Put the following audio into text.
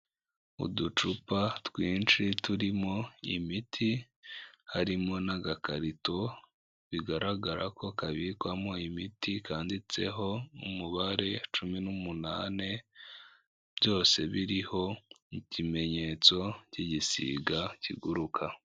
Uducupa twinshi turimo imiti, harimo n'agakarito bigaragara ko kabikwamo imiti, kanditseho umubare cumi n'umunane byose biriho ikimenyetso cy'igisiga kiguruka.